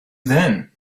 then